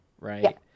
right